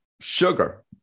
sugar